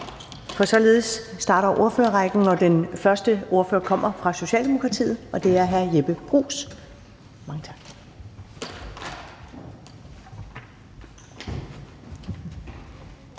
det. Således starter ordførerrækken, og den første ordfører kommer fra Socialdemokratiet, og det er hr. Jeppe Bruus. Velkommen.